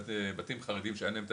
לבתים חרדים שאין להם את